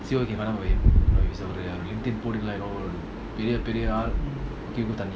see what you can find out about him you know பெரியபெரியஆள்:peria peria aal